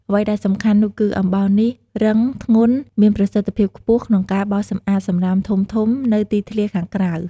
អ្វីដែលពិសេសនោះគឺ អំបោសនេះ រឹង ធ្ងន់ មានប្រសិទ្ធភាពខ្ពស់ក្នុងការបោសសម្អាតសំរាមធំៗនៅទីធ្លាខាងក្រៅ។